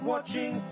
Watching